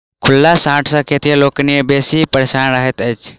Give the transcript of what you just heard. खुल्ला साँढ़ सॅ खेतिहर लोकनि बेसी परेशान रहैत छथि